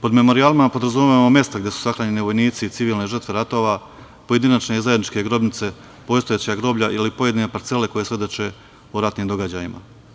Pod memorijalima podrazumevamo mesta gde su sahranjeni vojnici i civilne žrtve ratova, pojedinačne i zajedničke grobnice, postojeća groblja, ili pojedine parcele koje svedoče o ratnim događajima.